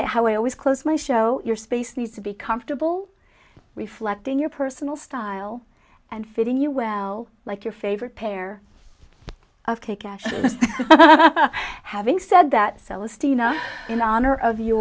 i how i always close my show your space needs to be comfortable reflecting your personal style and fitting you well like your favorite pair of kick ass having said that fellas tina in honor of you